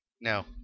No